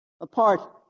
apart